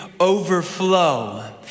overflow